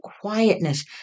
quietness